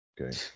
Okay